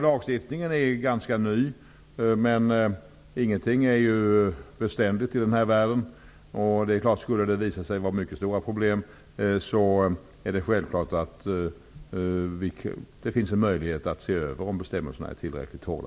Lagstiftningen är ganska ny. Men ingenting är beständigt i denna värld. Skulle det visa sig att det blir mycket stora problem finns det självfallet en möjlighet att se över om bestämmelserna är tillräckligt hårda.